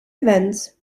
events